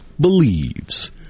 Believes